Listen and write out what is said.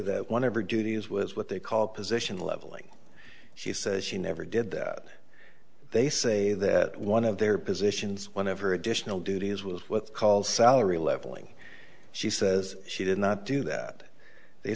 that whatever duties was what they call position leveling she says she never did that they say that one of their positions one of her additional duties was what's called salary leveling she says she did not do that they